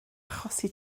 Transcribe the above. achosi